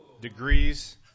degrees